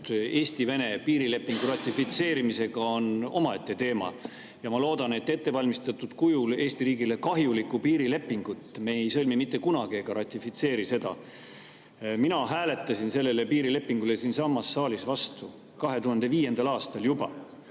Eesti-Vene piirilepingu ratifitseerimisega, on omaette teema ja ma loodan, et ettevalmistatud kujul Eesti riigile kahjulikku piirilepingut ei sõlmi ega ratifitseeri me mitte kunagi. Mina hääletasin selle piirilepingu vastu siinsamas saalis juba 2005. aastal ja